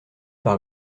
par